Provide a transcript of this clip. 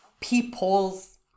people's